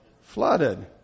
Flooded